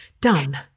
done